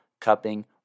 cupping